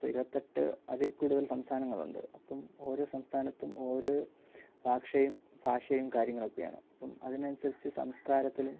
ഇപ്പോൾ ഇരുപത്തെട്ടു അതിൽ കൂടുതൽ സംസ്ഥാനങ്ങൾ ഉണ്ട് അപ്പം ഓരോ സംസ്ഥാനത്തും ഓരോ ഭാക്ഷയും ഭാഷയും കാര്യങ്ങളൊക്കെയാണ് അപ്പോൾ അതിനനുസരിച്ച് സംസ്കാരത്തിലും